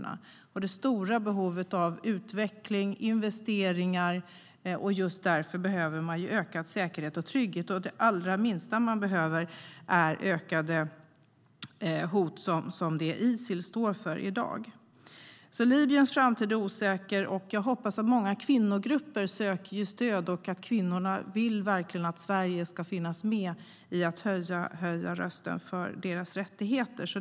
Det finns ett stort behov av utveckling och investeringar. Just därför behöver man ökad säkerhet och trygghet. Det allra minsta man behöver är ökade hot som det som Isil står för i dag. Libyens framtid är alltså osäker. Många kvinnogrupper söker stöd. Kvinnorna vill verkligen att Sverige ska finnas med och höja rösten för deras rättigheter.